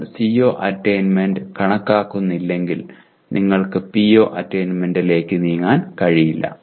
നിങ്ങൾ CO attainment കണക്കാക്കുന്നില്ലെങ്കിൽ നിങ്ങൾക്ക് PO അറ്റയ്ന്മെന്റ്ലേക്ക് നീങ്ങാൻ കഴിയില്ല